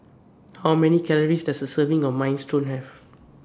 How Many Calories Does A Serving of Minestrone Have